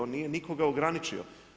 On nije nikoga ograničio.